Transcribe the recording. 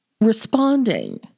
responding